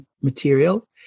material